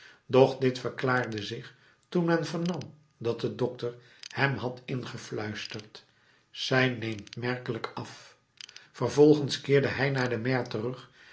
doch dit verklaarde zich toen men vernam dat de dokter hem had ingefluisterd zij neemt merkelijk af vervolgens keerde hij naar de maire terug